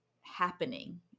happening